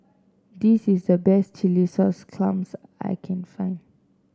this is the best Chilli Sauce Clams that I can find